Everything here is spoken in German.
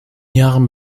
jahren